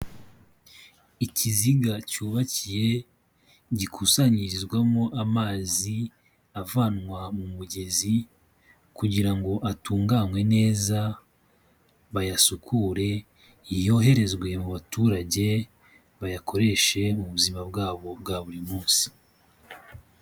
Ikiziga cyubakiye, gikusanyirizwamo amazi, avanwa mu mugezi kugira ngo atunganwe neza, bayasukure, yoherezwe mu baturage, bayakoreshe mu buzima bwabo bwa buri munsi.